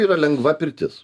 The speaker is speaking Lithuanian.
yra lengva pirtis